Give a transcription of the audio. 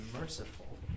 merciful